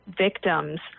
victims